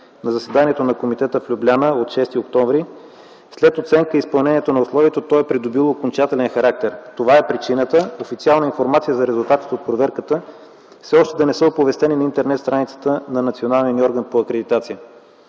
на заседанието на комитета в Любляна, от 6 октомври, след оценка изпълнението на условието, то е придобило окончателен характер. Това е причината официална информация за резултатите от проверката все още да не е оповестена на интернет страницата на националния